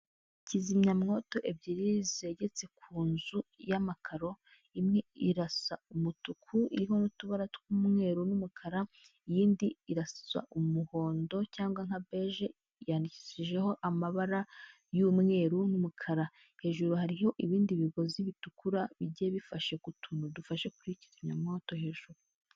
Kizimya mwoto ebyiri zegetse ku nzu y'amakaro imwe irasa umutuku iriho n'utubara tw'umweru n'umukara iyindi irasa umuhondo cyangwa nka beje yanyandikishijeho amabara y'umweru n'umukara hejuru hariho ibindi bigozi bitukura bigiye bifashe ku tuntu dufashe kuri kizimya mwoto hejuru.